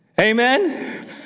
Amen